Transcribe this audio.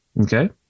okay